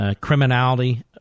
criminality